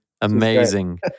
Amazing